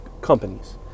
companies